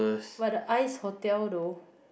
for the ice hotel though